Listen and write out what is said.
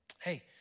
hey